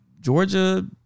Georgia